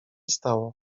stało